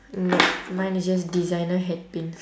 nope mine is just designer hat pins